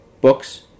books